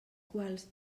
quals